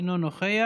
אינו נוכח.